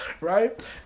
right